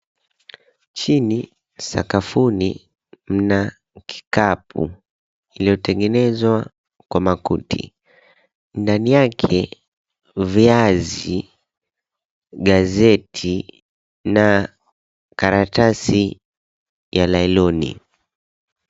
Chini sakafuni mna kikapu iliotengenezwa kwa makuti, ndani yake, viazi, gazeti na karatasi ya nyloni .